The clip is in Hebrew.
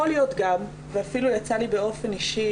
יכול להיות גם - ואפילו יצא לי באופן אישי